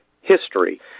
history